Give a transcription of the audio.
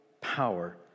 power